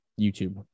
YouTube